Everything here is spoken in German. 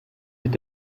mit